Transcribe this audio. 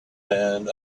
and